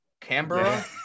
canberra